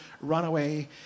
runaway